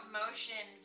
motion